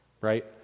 right